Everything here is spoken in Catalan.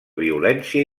violència